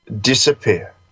disappear